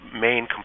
main